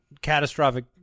catastrophic